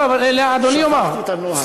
אדוני יאמר, שכחתי את הנוהל.